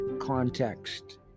context